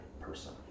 person